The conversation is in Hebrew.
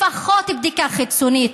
לפחות בדיקה חיצונית.